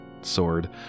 sword